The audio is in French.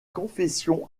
confection